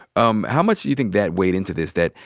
um how much do you think that weighed into this? that,